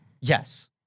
Yes